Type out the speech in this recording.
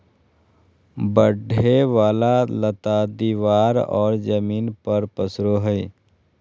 बढ़े वाला लता दीवार और जमीन पर पसरो हइ